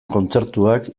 kontzertuak